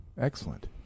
Excellent